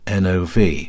NOV